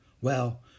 Well